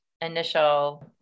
initial